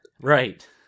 Right